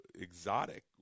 exotic